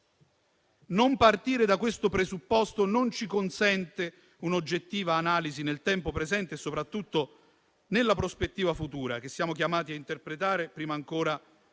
Non partire da questo presupposto non ci consente una oggettiva analisi nel tempo presente e soprattutto nella prospettiva futura che siamo chiamati a interpretare, prima ancora